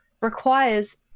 requires